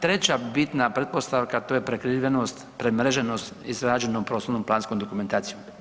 Treća bitna pretpostavka, to je prekrivenost, premreženost izrađenom prostornom planskom dokumentacijom.